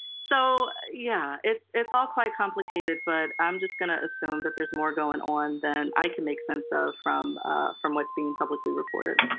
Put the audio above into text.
so yeah, it's it's all quite complicated, but i'm just going to assume that there's more going on than i can make sense of from ah from what's being publicly reported.